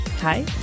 Hi